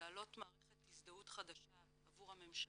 לעליית מערכת הזדהות חדשה עבור הממשלה,